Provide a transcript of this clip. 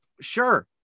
Sure